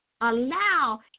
allow